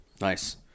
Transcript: nice